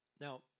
Now